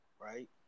Right